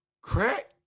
Crack